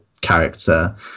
character